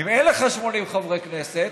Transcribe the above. אם אין לך 80 חברי כנסת,